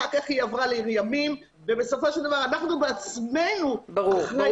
אחר כך היא עברה לעיר ימים ובסופו של דבר אנחנו בעצמנו לוקחים